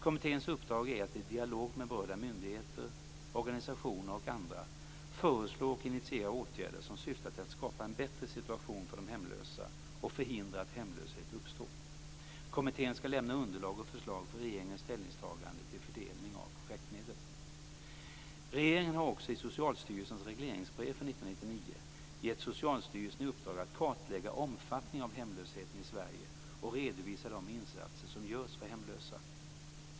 Kommitténs uppdrag är att i dialog med berörda myndigheter, organisationer och andra föreslå och initiera åtgärder som syftar till att skapa en bättre situation för de hemlösa och förhindra att hemlöshet uppstår. Kommittén skall lämna underlag och förslag för regeringens ställningstagande till fördelning av projektmedel. Regeringen har också i Socialstyrelsens regleringsbrev för 1999 gett Socialstyrelsen i uppdrag att kartlägga omfattningen av hemlösheten i Sverige och redovisa de insatser som görs för hemlösa.